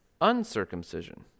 uncircumcision